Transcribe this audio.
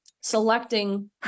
selecting